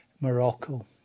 Morocco